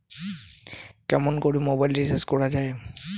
কেমন করে mobile recharge করা য়ায়?